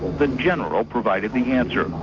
the general provided the answer,